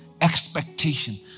expectation